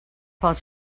pel